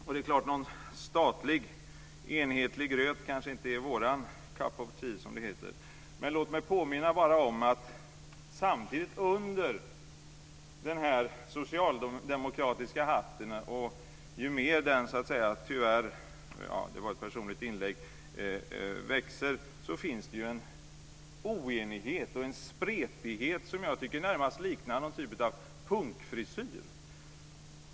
Och det är klart: Någon statlig enhetlig gröt kanske inte är vår cup of tea, som det heter. Låt mig påminna om att ju mer det växer under den socialdemokratiska hatten finns det en oenighet och en spretighet som närmast liknar någon typ av punkfrisyr.